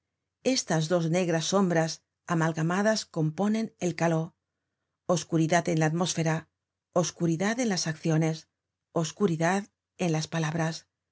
estas dos negras sombras amalgamadas componen el caló oscuridad en la atmósfera oscuridad en las acciones oscuridad en las palabras